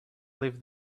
live